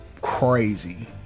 crazy